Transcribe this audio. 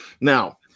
Now